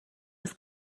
was